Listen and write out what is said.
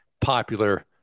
popular